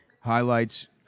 Highlights